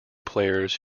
players